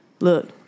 Look